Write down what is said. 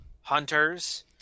Hunters